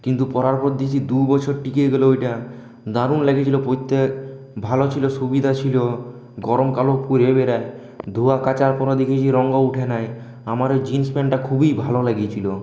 কিন্তু পরার পর দেখছি দুবছর টিকে গেল ওটা দারুণ লাগছিল পরতে ভালো ছিল সুবিধা ছিল গরমকালেও পরে বেরোই ধোওয়া কাচার কোনো দিকেই রং ওঠে নাই আমার ওই জিন্স প্যান্টটা খুবই ভালো লেগেছিল